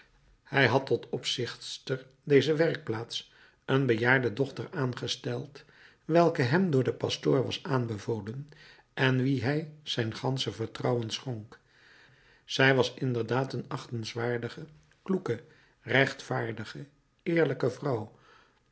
hij had tot opzichtster dezer werkplaats een bejaarde dochter aangesteld welke hem door den pastoor was aanbevolen en wie hij zijn gansche vertrouwen schonk zij was inderdaad een achtenswaardige kloeke rechtvaardige eerlijke vrouw